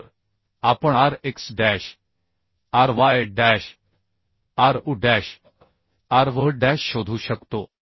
तर आपण R x dash R y dash R u dash R v dash शोधू शकतो